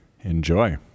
Enjoy